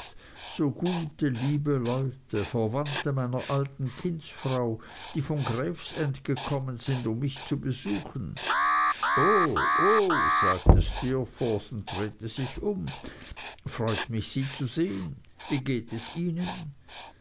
so gute liebe leute verwandte meiner alten kindsfrau die von gravesend gekommen sind um mich zu besuchen o o sagte steerforth und drehte sich um freut mich sie zu sehen wie geht es ihnen